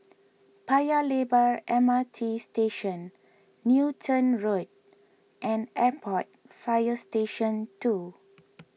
Paya Lebar M R T Station Newton Road and Airport Fire Station two